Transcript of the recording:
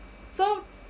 so